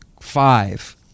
five